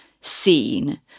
seen